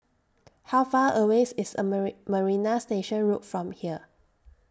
How Far away IS A Marie Marina Station Road from here